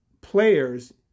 players